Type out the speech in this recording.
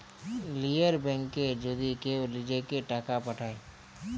লীযের ব্যাংকে যদি কেউ লিজেঁকে টাকা পাঠায়